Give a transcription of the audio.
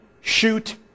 shoot